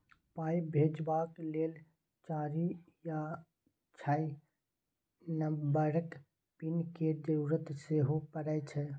पाइ भेजबाक लेल चारि या छअ नंबरक पिन केर जरुरत सेहो परय छै